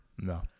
No